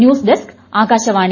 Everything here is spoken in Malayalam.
news desk Akashvani